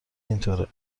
اینطوره